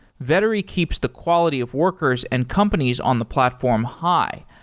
vettery keeps the quality of workers and companies on the platform high,